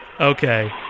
Okay